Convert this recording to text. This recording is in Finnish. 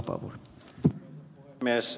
arvoisa puhemies